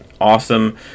awesome